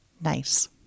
Nice